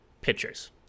pitchers